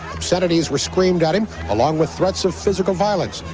obscenities were screamed at him, along with threats of physical violence.